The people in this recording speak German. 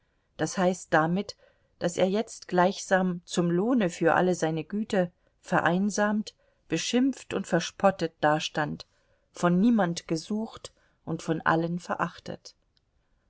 das heißt damit daß er jetzt gleichsam zum lohne für alle seine güte vereinsamt beschimpft und verspottet dastand von niemand gesucht und von allen verachtet